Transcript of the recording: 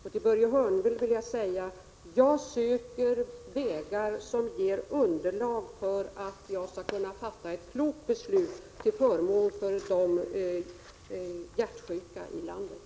Till Börje Hörnlund vill jag säga: Jag söker vägar för att få det underlag som behövs för att jag skall kunna fatta ett klokt beslut till förmån för de hjärtsjuka i landet.